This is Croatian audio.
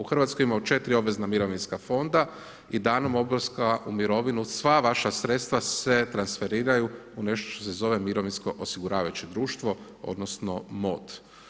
U Hrvatskoj imamo 4 obvezna mirovinska fonda i danom odlaska u mirovinu sva vaša sredstva se transferiraju u nešto što se zove mirovinsko osiguravajuće društvo, odnosno MOD.